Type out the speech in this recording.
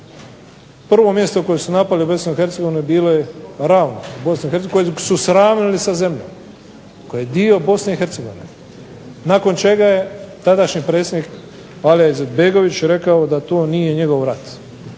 prvo mjesto koje su napali u BiH bilo je Ravni u BiH kojeg su sravnili sa zemljom koji je dio BiH nakon čega je tadašnji predsjednik Alija Izetbegović rekao da to nije njegov rat,